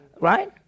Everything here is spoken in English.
Right